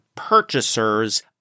purchasers